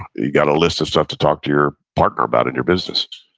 you got a list of stuff to talk to your partner about in your business,